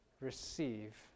receive